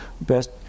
best